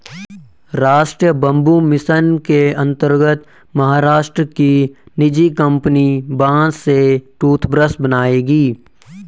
राष्ट्रीय bamboo mission के अंतर्गत महाराष्ट्र की निजी कंपनी बांस से टूथब्रश बनाएगी